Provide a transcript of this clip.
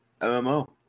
MMO